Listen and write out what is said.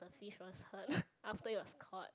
fish was hurt after it was caught